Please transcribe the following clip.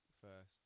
first